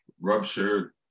ruptured